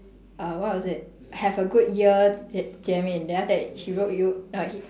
uh what was it have a good year j~ jie min then after that he wrote you uh he